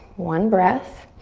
one breath.